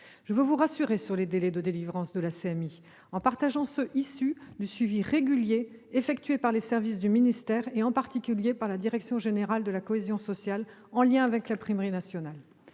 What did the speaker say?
Je veux vous rassurer sur les délais de délivrance de la CMI, qui ne correspondent pas à ceux qui sont issus du suivi régulier effectué par les services du ministère et en particulier par la Direction générale de la cohésion sociale, en lien avec l'Imprimerie nationale.